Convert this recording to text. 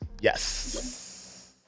Yes